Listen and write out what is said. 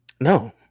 No